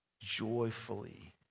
joyfully